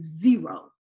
zero